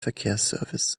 verkehrsservice